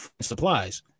supplies